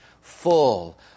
full